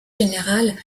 général